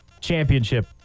championship